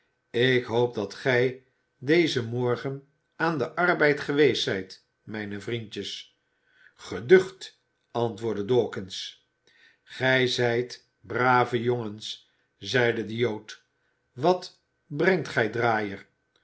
ik hoop dat gij dezen morgen aan den arbeid geweest zijt mijne vriendjes geducht antwoordde dawkins gij zijt brave jongens zeide de jood wat brengt gij draaier